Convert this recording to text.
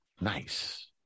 nice